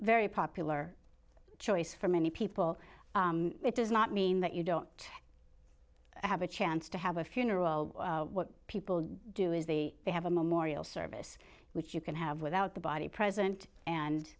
very popular choice for many people it does not mean that you don't have a chance to have a funeral what people do is a they have a memorial service which you can have without the body present and